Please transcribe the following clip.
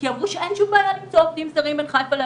כי אמרו שאין שום בעיה למצוא עובדים זרים בין חיפה לאשדוד.